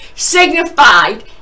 Signified